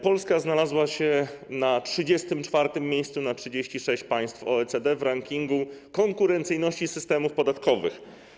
Polska znalazła się na 34. miejscu na 36 państw OECD w rankingu konkurencyjności systemów podatkowych.